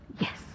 Yes